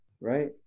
right